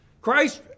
Christ